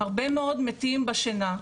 הרבה מאוד מתים בשינה.